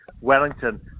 Wellington